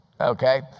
okay